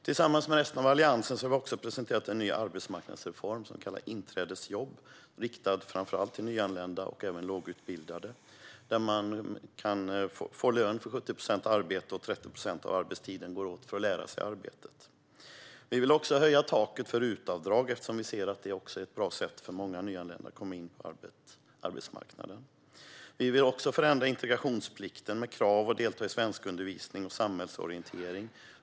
Tillsammans med resten av Alliansen har vi också presenterat en ny arbetsmarknadsreform som vi kallar inträdesjobb, riktad till framför allt nyanlända och även lågutbildade, där man kan få lön för 70 procent arbete och där 30 procent av arbetstiden går åt till att lära sig arbetet. Vi vill höja taket för RUT-avdraget, som är ett bra sätt för nyanlända att komma in på arbetsmarknaden. Vi vill också förändra integrationsplikten med krav på att delta i svenskundervisning och samhällsorientering.